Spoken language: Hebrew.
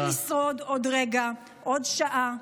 איך לשרוד עוד רגע, עוד שעה,